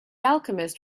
alchemist